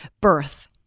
birth